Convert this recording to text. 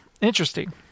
interesting